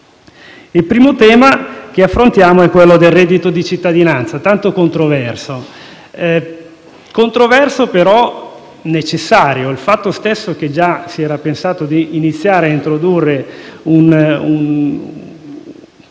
Il primo tema che affrontiamo è quello del reddito di cittadinanza, tanto controverso però necessario. Il fatto stesso che già si era pensato di iniziare a introdurre